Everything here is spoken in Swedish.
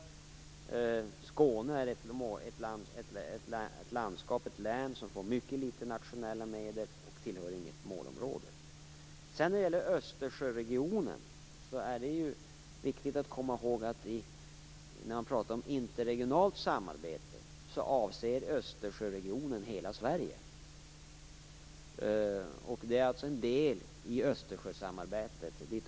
Skåne är ett landskap som får litet av nationella medel. Skåne tillhör inte något målområde. Det är viktigt att komma ihåg att Östersjöregionen avser hela Sverige när man pratar om interregionalt samarbete.